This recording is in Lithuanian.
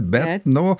bet nu